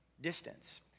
distance